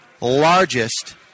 largest